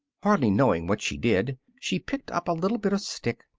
hardly knowing what she did, she picked up a little bit of stick,